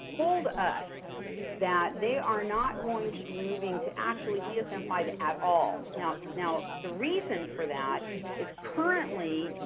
told us that they are not going to be moving to actually dsm five at all, now now the reason for that is currently,